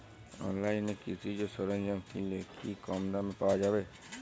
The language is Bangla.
অনলাইনে কৃষিজ সরজ্ঞাম কিনলে কি কমদামে পাওয়া যাবে?